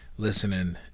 Listening